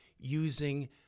using